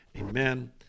Amen